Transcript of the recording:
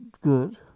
good